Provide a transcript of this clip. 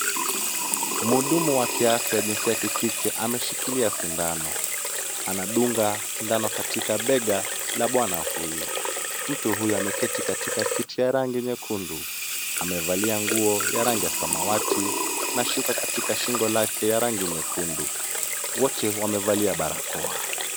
Mhudumu wa afya jinsi ya kike ameshikilia sindano. Anadunga sindano katika bega la bwana huyu. Mtu huyu ameketi katika kiti ya rangi nyekundu, amevalia nguo ya rangi ya samawati na shuka katika shingo lake ya rangi nyekundu. Wote wamevalia barakoa.